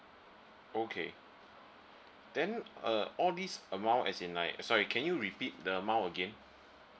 okay then uh all this amount as in like sorry can you repeat the amount again